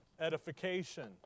edification